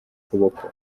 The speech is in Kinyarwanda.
ukuboko